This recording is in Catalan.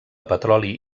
petroli